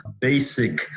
basic